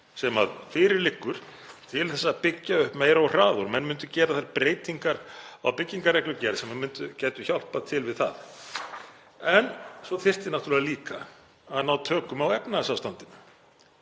sem fyrir liggur til að byggja upp meira og hraðar. Menn myndu gera þær breytingar á byggingarreglugerð sem gætu hjálpað til við það. En svo þyrfti náttúrlega líka að ná tökum á efnahagsástandinu